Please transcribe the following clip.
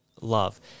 love